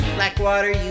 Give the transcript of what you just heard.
Blackwater